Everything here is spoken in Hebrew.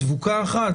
כדבוקה אחת.